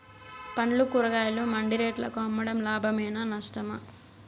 పండ్లు కూరగాయలు మండి రేట్లకు అమ్మడం లాభమేనా నష్టమా?